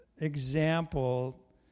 example